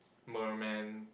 merman